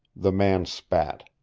the man spat.